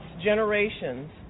generations